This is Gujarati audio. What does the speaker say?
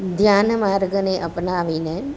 ધ્યાનમાર્ગને અપનાવીને